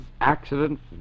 accidents